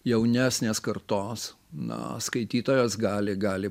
jaunesnės kartos na skaitytojas gali gali